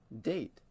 Date